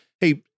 Hey